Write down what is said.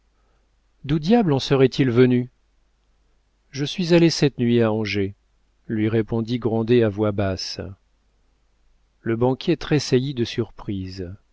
d'où diable en serait-il venu je suis allé cette nuit à angers lui répondit grandet à voix basse le banquier tressaillit de surprise